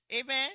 Amen